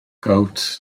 gowt